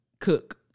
cook